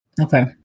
Okay